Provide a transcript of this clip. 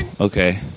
Okay